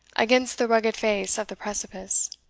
against the rugged face of the precipice.